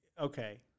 okay